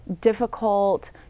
Difficult